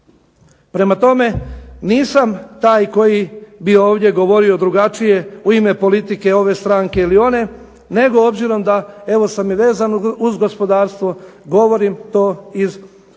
Prema tome, nisam taj koji bi ovdje govorio drugačije u ime politike ove stranke ili one, nego obzirom sam i vezan uz gospodarstvo govorim to ih djelokruga